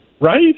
Right